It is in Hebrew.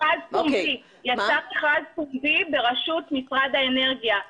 יצא מכרז פומבי בראשות משרד האנרגיה.